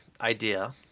idea